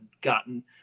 gotten